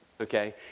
Okay